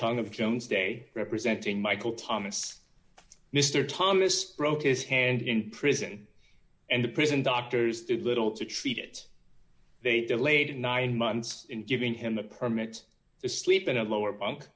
of jones day representing michael thomas mr thomas broke his hand in prison and the prison doctors did little to treat it they delayed nine months in giving him a permit to sleep in a lower bunk